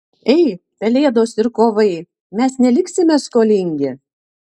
ei pelėdos ir kovai mes neliksime skolingi